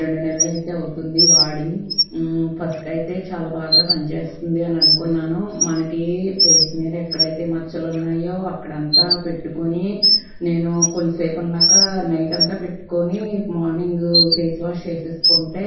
రెండు నెలలు అయితే అవుతుంది వాడి ఫస్ట్ అయితే చాలా బాగా పనిచేస్తుంది అని అనుకున్నాను మనకి ఫేస్ మీద ఎక్కడైతే మచ్చలు ఉన్నాయో అక్కడ అంతా పెట్టుకుని నేను కొంత సేపు ఉన్నాక నైట్ అంతా పెట్టుకొని మార్నింగ్ ఫేస్ వాష్ చేసేసుకుంటే